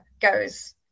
goes